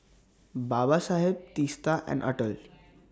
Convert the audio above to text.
Babasaheb Teesta and Atal